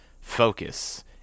focus